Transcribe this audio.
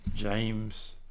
James